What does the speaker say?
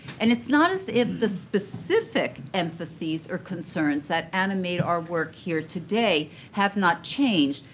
and it's not as if the specific emphases or concerns that animate our work here today have not changed.